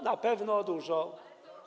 Na pewno dużo.